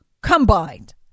combined